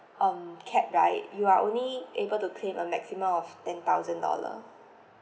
um cap right you are only able to claim a maximum of ten thousand dollar